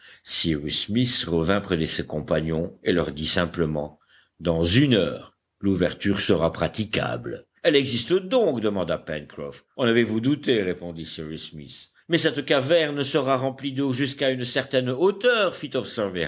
revint près de ses compagnons et leur dit simplement dans une heure l'ouverture sera praticable elle existe donc demanda pencroff en avez-vous douté répondit cyrus smith mais cette caverne sera remplie d'eau jusqu'à une certaine hauteur